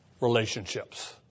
relationships